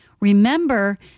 remember